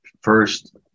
first